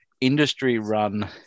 industry-run